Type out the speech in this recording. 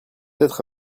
être